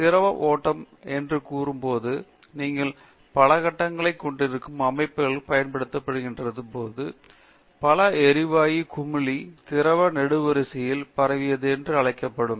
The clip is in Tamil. திரவ ஓட்டம் கூறும் போது நீங்கள் பல கட்டங்களைக் கொண்டிருக்கும் அமைப்புகளுக்கு பயன்படுத்தப்படும் போது பல எரிவாயு குமிழி திரவ நெடுவரிசையில் பரவியது என்று அழைக்கப்படும்